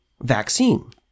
vaccine